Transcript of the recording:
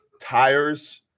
tires